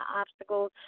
obstacles